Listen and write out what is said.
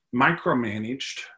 micromanaged